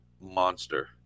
monster